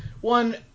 one